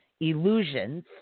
illusions